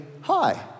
hi